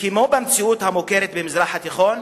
וכמו במציאות המוכרת במזרח התיכון,